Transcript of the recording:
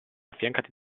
affiancati